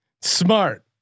Smart